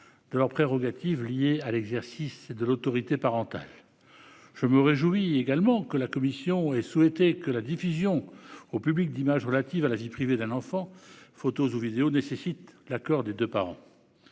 de leurs prérogatives liées à l'exercice de l'autorité parentale. Je me réjouis également que la commission ait souhaité que la diffusion au public d'images relatives à la vie privée d'un enfant- photos ou vidéos -nécessite l'accord des deux parents.